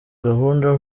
gahunda